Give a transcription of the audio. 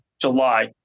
July